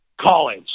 College